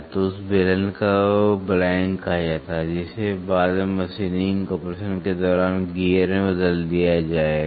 तो उस बेलन को ब्लैंक कहा जाता है जिसे बाद में मशीनिंग ऑपरेशन के दौरान गियर में बदल दिया जाएगा